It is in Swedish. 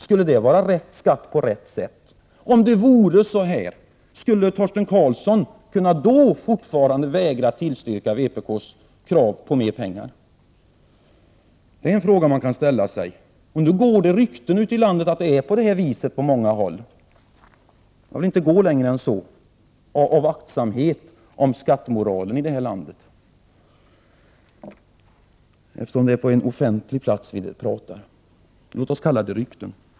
Skulle det vara rätt skatt på rätt sätt? Om det vore så här, skulle Torsten Karlsson då fortfarande kunna vägra att tillstyrka vpk:s krav på mer pengar? Det är en fråga man kan ställa. Nu går det rykten ute i landet att det är på det här viset på många håll. Jag vill inte gå längre än så, av aktsamhet om skattemoralen, eftersom det är på en offentlig plats vi pratar. Låt oss kalla det rykten.